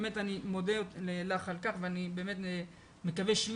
אני באמת מודה לך על כך ואני מקווה שיהיו